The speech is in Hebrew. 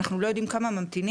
אנחנו לא יודעים כמה ממתינים,